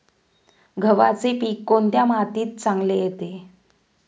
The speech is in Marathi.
गव्हाचे पीक कोणत्या मातीत चांगले येते?